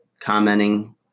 commenting